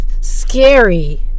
scary